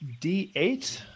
D8